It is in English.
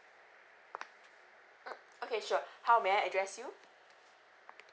mm okay sure how may I address you